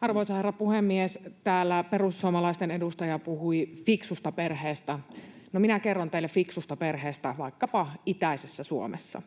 Arvoisa herra puhemies! Täällä perussuomalaisten edustaja puhui fiksusta perheestä. No, minä kerron teille fiksusta perheestä vaikkapa itäisessä Suomessa,